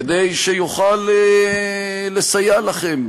כדי שיוכל לסייע לכם,